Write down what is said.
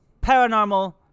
paranormal